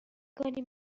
کنی